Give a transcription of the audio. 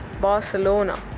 Barcelona